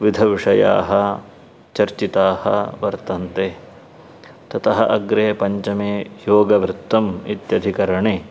विविधाः विषयाः चर्चिताः वर्तन्ते ततः अग्रे पञ्चमे योगवृत्तम् इत्यधिकरणे